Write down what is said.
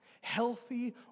healthy